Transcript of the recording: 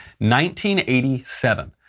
1987